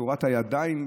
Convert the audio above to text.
בצורת הידיים,